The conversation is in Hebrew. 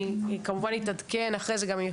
אני כמובן אתעדכן אחרי זה גם איך,